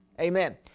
Amen